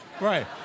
right